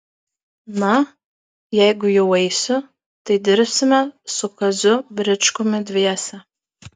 na jeigu jau eisiu tai dirbsime su kaziu bričkumi dviese